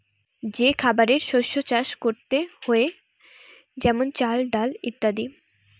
যে খাবারের শস্য চাষ করতে হয়ে যেমন চাল, ডাল ইত্যাদি